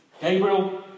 Gabriel